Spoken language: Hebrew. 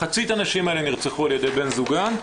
מחצית הנשים האלה נרצחו על ידי בני זוגן,